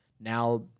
now